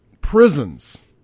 prisons